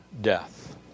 death